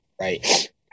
right